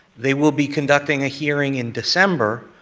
they will be conducting a hearing in december.